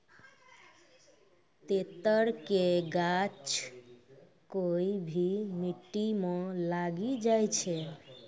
तेतर के गाछ कोय भी मिट्टी मॅ लागी जाय छै